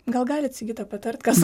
gal galit sigita patart kas